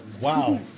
Wow